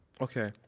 Okay